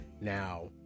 now